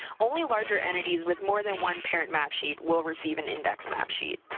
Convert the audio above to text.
only larger entities with more than one parent map sheet will receive an index map sheet,